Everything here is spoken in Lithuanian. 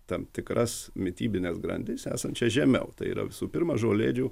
tam tikras mitybines grandis esančias žemiau tai yra visų pirma žolėdžių